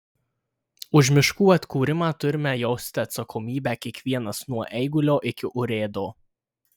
už miškų atkūrimą turime jausti atsakomybę kiekvienas nuo eigulio iki urėdo